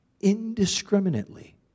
Indiscriminately